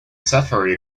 safari